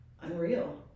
unreal